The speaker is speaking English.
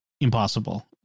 impossible